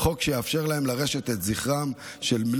חוק שיאפשר להם לרשת את זכרם של בני